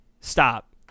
Stop